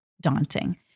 daunting